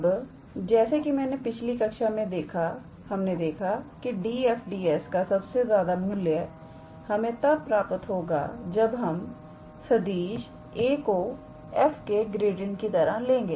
अब जैसे कि मैंने पिछली कक्षा में देखा के DfD s का सबसे ज्यादा मूल्य हमें तब प्राप्त होगा जब हम सदिश 𝑎⃗ को f के ग्रेडिएंट की तरह लेंगे